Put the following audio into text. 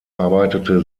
arbeitete